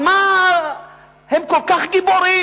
על מה הם כל כך גיבורים?